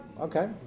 okay